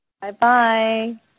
Bye-bye